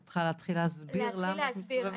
את צריכה להתחיל להסביר למה את מסתובבת עם הכלב.